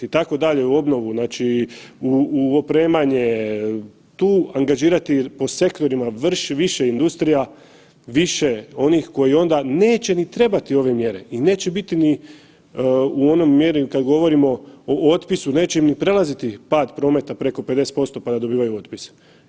I tako dalje u obnovu znači u opremanje, tu angažirati po sektorima više industrija, više koji onda neće ni trebati ove mjere i neće biti ni u onoj mjeri kad govorimo o otpisu neće ni prelaziti pad prometa preko 50% pa da dobivaju otpise.